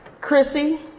Chrissy